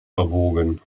erwogen